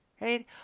right